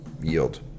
yield